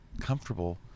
comfortable